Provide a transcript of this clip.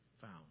found